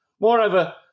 Moreover